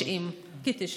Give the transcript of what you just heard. כ-90, כ-90.